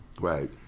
Right